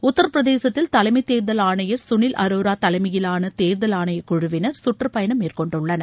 உத்திரபிரதேசத்தில் தலைமை தேர்தல் ஆணையர் சுனில் அரோரா தலைமையிலான தேர்தல் ஆணைய குழுவினர் சுற்றுப்பயணம் மேற்கொண்டுள்ளனர்